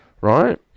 Right